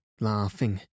laughing